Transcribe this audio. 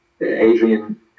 Adrian